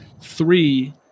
three